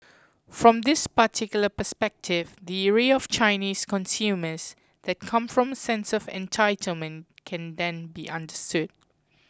from this particular perspective the ire of Chinese consumers that come from a sense of entitlement can then be understood